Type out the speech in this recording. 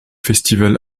festival